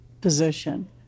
position